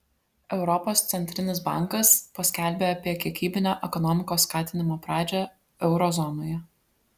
europos centrinis bankas paskelbė apie kiekybinio ekonomikos skatinimo pradžią euro zonoje